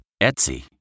Etsy